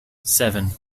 seven